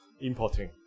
importing